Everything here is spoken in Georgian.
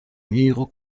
მიიღო